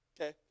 Okay